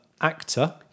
actor